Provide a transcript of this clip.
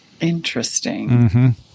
Interesting